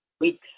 weeks